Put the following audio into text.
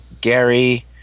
gary